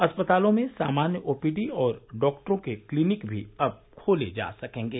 अस्पतालों में सामान्य ओपीडी और डॉक्टरों के क्लीनिक भी अब खोले जा सकेंगे